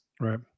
Right